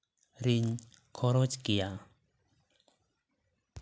ᱨᱤᱧ ᱠᱷᱚᱨᱚᱪ ᱜᱮᱭᱟ